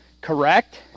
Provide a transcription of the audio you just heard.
Correct